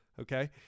okay